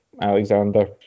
Alexander